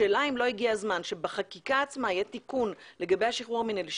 השאלה אם לא הגיע הזמן שבחקיקה עצמה יהיה תיקון לגבי השחרור המינהלי,